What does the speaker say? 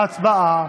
ההצבעה.